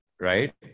right